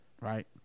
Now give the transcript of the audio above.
right